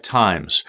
times